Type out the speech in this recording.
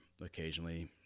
occasionally